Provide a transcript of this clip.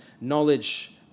knowledge